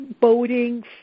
boating